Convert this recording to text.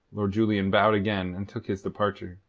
lord julian bowed again and took his departure.